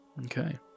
okay